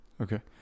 Okay